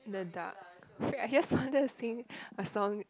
the dark